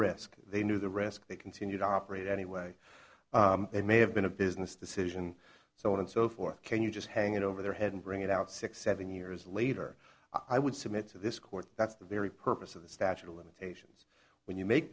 risk they knew the risk they continue to operate anyway it may have been a business decision so on and so forth can you just hang it over their head and bring it out six seven years later i would submit to this court that's the very purpose of the statute of limitations when you make